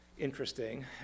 Interesting